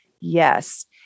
yes